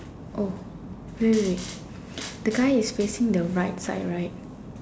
oh wait wait wait the guy is facing the right side right